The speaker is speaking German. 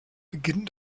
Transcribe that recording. beginn